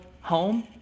home